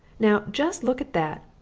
now, just look at that!